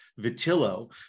Vitillo